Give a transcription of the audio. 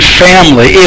family